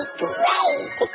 great